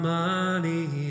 money